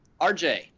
RJ